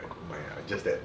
I don't mind ah it's just that